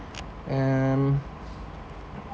and